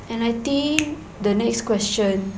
and I think the next question